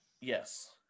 Yes